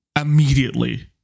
immediately